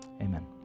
amen